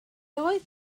oedd